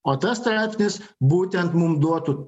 o tas straipsnis būtent mum duotų